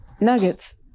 Nuggets